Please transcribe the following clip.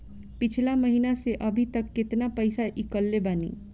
पिछला महीना से अभीतक केतना पैसा ईकलले बानी?